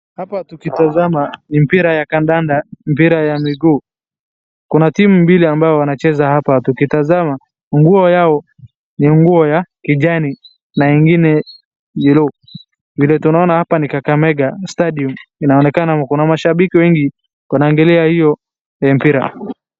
Hapa tukitazama ni mpira ya kandanda mpira ya miguu kuna timu mbili ambayo wanacheza hapa. Tukitazama nguo yao ni nguo ya kijani na ingine buluu. Vile tunaona hapa ni Kakamega Stadium inaonekana kuna mashabiki wengi wanashangilia hiyo mpira.